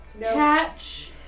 catch